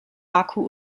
baku